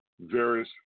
various